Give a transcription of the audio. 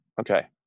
okay